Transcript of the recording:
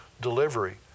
delivery